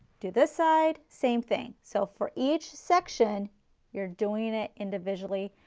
do this side, same thing. so for each section you're doing it individually,